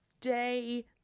day